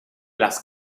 las